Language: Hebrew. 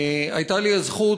הייתה לי הזכות,